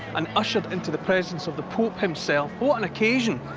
and ushered into the presence of the pope himself. what an occasion.